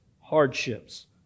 hardships